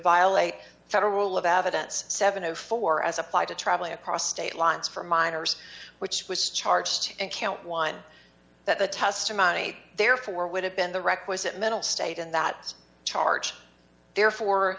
violate federal rule of evidence seven o four as applied to travelling across state lines for minors which was charged in count one that the testimony therefore would have been the requisite mental state in that charge therefore